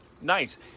Nice